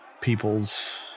people's